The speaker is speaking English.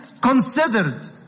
considered